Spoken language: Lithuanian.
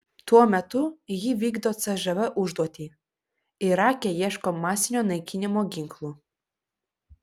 tuo metu ji vykdo cžv užduotį irake ieško masinio naikinimo ginklų